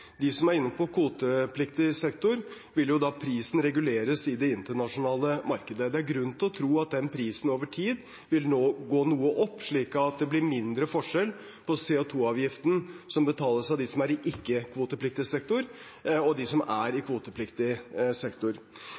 som er inne på kvotepliktig sektor, vil prisen reguleres i det internasjonale markedet. Det er grunn til å tro at den prisen over tid nå vil gå noe opp, slik at det blir mindre forskjell på CO 2 -avgiften som betales av dem som er i ikke-kvotepliktig sektor, og dem som er i kvotepliktig sektor.